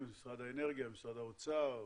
משרד האוצר,